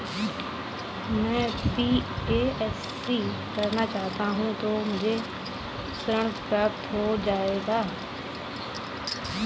मैं बीएससी करना चाहता हूँ क्या मुझे ऋण प्राप्त हो जाएगा?